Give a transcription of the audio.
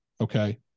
okay